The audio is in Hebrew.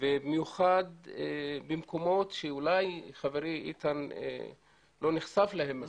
במיוחד במקומות שאולי חברי איתן לא נחשף להם מספיק,